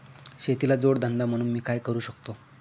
शेतीला जोड धंदा म्हणून मी काय करु शकतो?